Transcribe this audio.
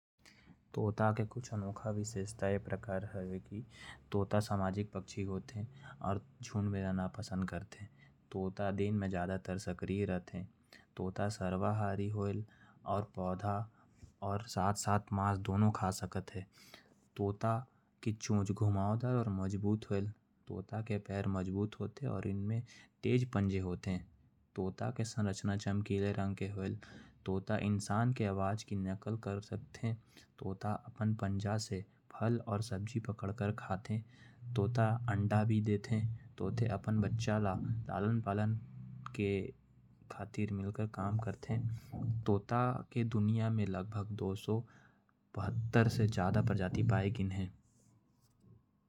तोता के कुछ विशेषता है। तोता सामाजिक पक्षी होयल और झुंड में रहना पसन्द करेल। तोता के चोंच मोटा और घुमाओ दार होयल और तोता अंडा डेहल। तोता अपना बच्चा के लालन पालन ल मिल जुल के कर थे। तोता के पंजा बहुत मजबूत होयल उही में पकड़ के येमन खाना खाते।